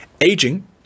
Aging